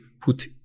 put